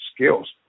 skills